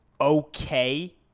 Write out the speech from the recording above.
okay